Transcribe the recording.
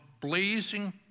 blazing